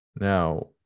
Now